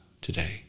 today